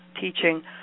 teaching